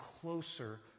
closer